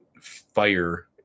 fire